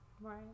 Right